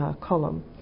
column